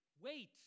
Wait